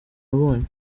nabonye